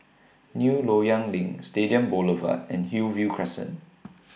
New Loyang LINK Stadium Boulevard and Hillview Crescent